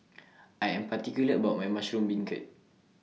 I Am particular about My Mushroom Beancurd